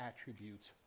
attributes